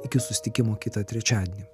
iki susitikimo kitą trečiadienį